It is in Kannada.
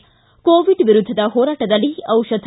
ಿ ಕೋವಿಡ್ ವಿರುದ್ಧದ ಹೋರಾಟದಲ್ಲಿ ದಿಷಧ